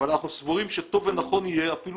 אבל אנחנו סבורים שטוב ונכון יהיה אפילו